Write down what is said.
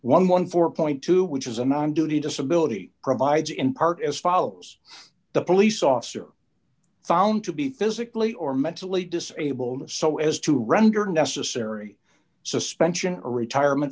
and fourteen point two which is an on duty disability provides in part as follows the police officer found to be physically or mentally disabled so as to render necessary suspension or retirement